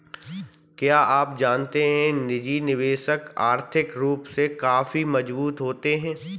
क्या आप जानते है निजी निवेशक आर्थिक रूप से काफी मजबूत होते है?